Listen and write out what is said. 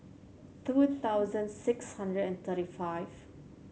two thousand six hundred and thirty five